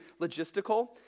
logistical